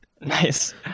Nice